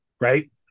Right